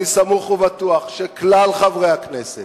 אני סמוך ובטוח שכלל חברי הכנסת,